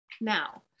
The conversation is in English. Now